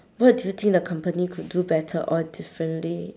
what do you think the company could do better or differently